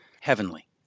Heavenly